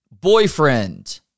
boyfriend